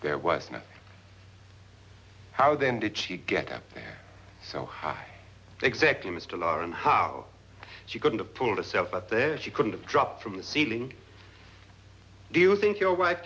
their west know how then did she get up there so high exactly mr lauren how she couldn't have pulled a self but there she couldn't have dropped from the ceiling do you think your wife